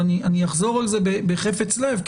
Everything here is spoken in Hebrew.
ואני אחזור על זה בחפץ לב,